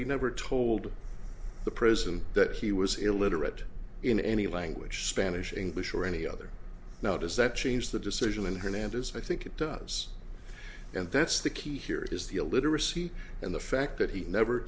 he never told the prison that he was illiterate in any language spanish english or any other now does that change the decision in hernandez i think it does and that's the key here is the illiteracy and the fact that he never